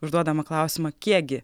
užduodamą klausimą kiekgi